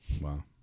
Wow